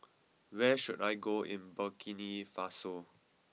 where should I go in Burkina Faso